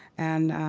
and